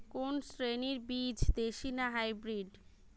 কোন শ্রেণীর বীজ দেশী না হাইব্রিড?